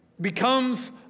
becomes